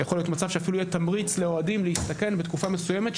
יכול להיות מצב שאפילו יהיה תמריץ לאוהדים להסתכן בתקופה מסוימת,